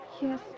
Yes